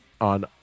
on